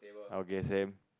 okay same